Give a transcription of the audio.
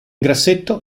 grassetto